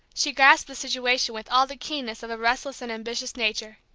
she grasped the situation with all the keenness of a restless and ambitious nature.